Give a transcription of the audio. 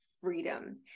freedom